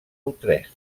utrecht